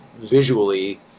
visually